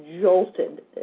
jolted